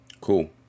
Cool